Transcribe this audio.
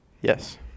Yes